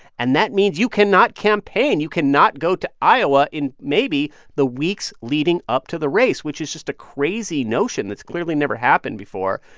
and that means you cannot campaign. you cannot go to iowa in maybe the weeks leading up to the race, which is just a crazy notion that's clearly never happened before.